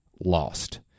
lost